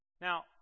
Now